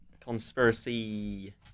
Conspiracy